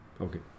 Okay